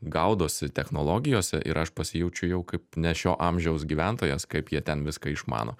gaudosi technologijose ir aš pasijaučiu jau kaip ne šio amžiaus gyventojas kaip jie ten viską išmano